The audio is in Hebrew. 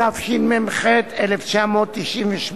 התשמ"ח 1998,